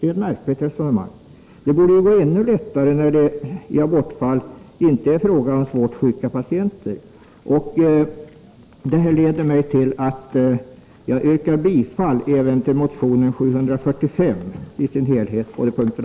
Det är märkvärdigt, eftersom det borde gå ännu lättare när det i abortfallen inte är fråga om svårt sjuka patienter. Detta leder mig till att yrka bifall även till motion 745 i dess helhet under